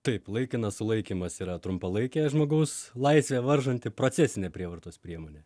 taip laikinas sulaikymas yra trumpalaikė žmogaus laisvę varžanti procesinė prievartos priemonė